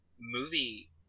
movie